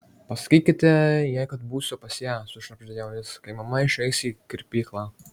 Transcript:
pasakykite jai kad būsiu pas ją sušnabždėjo jis kai mama išeis į kirpyklą